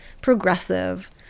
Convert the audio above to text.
progressive